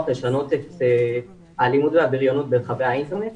לשנות את האלימות והבריונות ברחבי האינטרנט.